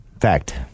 Fact